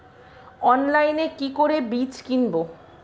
অনলাইনে কি করে বীজ কিনব?